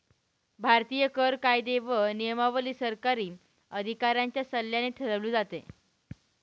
भारतीय कर कायदे व नियमावली सरकारी अधिकाऱ्यांच्या सल्ल्याने ठरवली जातात